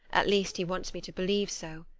at least, he wants me to believe so,